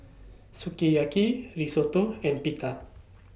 Sukiyaki Risotto and Pita